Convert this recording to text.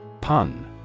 Pun